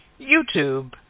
YouTube